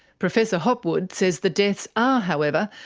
professor hopwood says the deaths are, however,